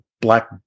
black